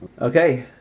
Okay